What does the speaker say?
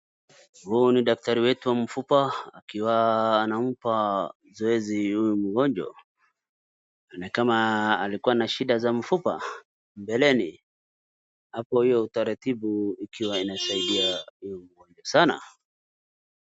Huyu ni daktari wetu wa mfupa akiwa anampa zoezi huyu mgonjwa. Inaonekana alikuwa na shida za mfupa mbeleni. Hapo huyo utaratibu ikiwa inasaidia huyu mgonjwa sana.